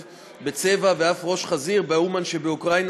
בצבע ואף בראש חזיר באומן שבאוקראינה,